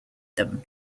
them